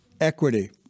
equity